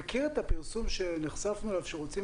אתה מכיר את הפרסום שנחשפנו אליו שרוצים